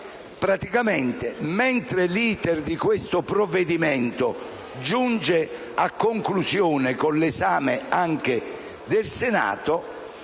sostiene che, mentre l'*iter* di questo provvedimento giunge a conclusione, con l'esame del Senato,